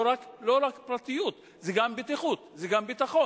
זה לא רק פרטיות, זה גם בטיחות, זה גם ביטחון.